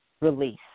release